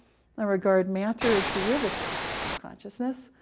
i regard matter as derivative from consciousness.